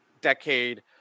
decade